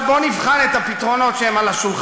עכשיו, בואו נבחן את הפתרונות שעל השולחן.